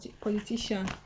politician